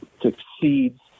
succeeds